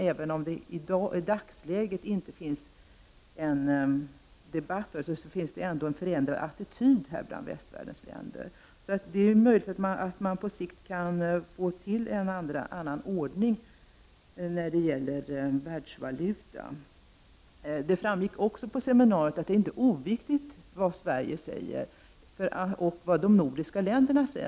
Även om det i dagsläget inte finns en debatt om detta, finns det en förändrad attityd bland västvärldens länder. Det är möjligt att man på sikt kan få en annan ordning när det gäller världsvaluta. Det framgick också på seminariet att det inte är oviktigt vad Sverige och de övriga nordiska länderna säger.